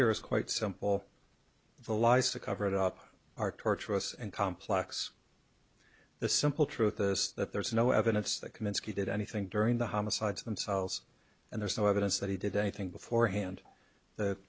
here is quite simple the law is to cover it up are torturous and complex the simple truth is that there's no evidence that kaminski did anything during the homicides themselves and there's no evidence that he did anything beforehand th